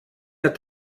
hat